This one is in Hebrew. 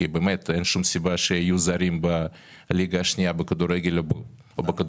כי באמת אין שום סיבה שיהיו זרים בליגה השנייה בכדורגל או בכדורסל,